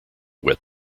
wet